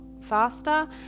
faster